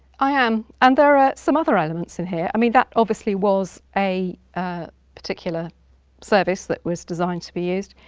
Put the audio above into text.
i am and there are some other elements in here, i mean that obviously was a particular service that was designed to be used,